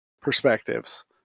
perspectives